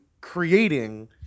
creating